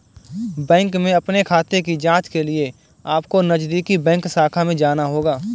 bank में अपने खाते की जांच के लिए अपको नजदीकी बैंक शाखा में जाना होगा